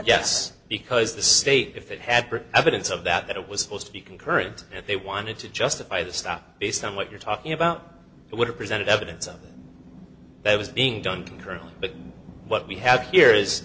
yes because the state if it had evidence of that that it was supposed to be concurrent if they wanted to justify the stop based on what you're talking about it would have presented evidence of that that was being done concurrently but what we have here is